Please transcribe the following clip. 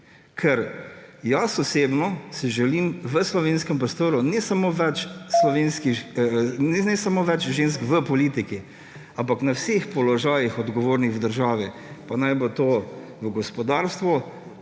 Ker jaz osebno si želim v slovenskem prostoru ne samo več žensk v politiki, ampak na vseh odgovornih položajih v državi, pa naj bo to v gospodarstvu,